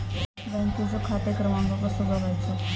बँकेचो खाते क्रमांक कसो बगायचो?